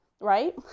right